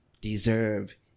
deserve